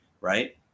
right